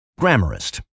Grammarist